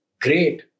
great